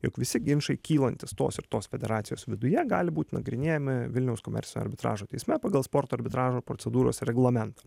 jog visi ginčai kylantys tos ir tos federacijos viduje gali būti nagrinėjami vilniaus komercinio arbitražo teisme pagal sporto arbitražo procedūros reglamentą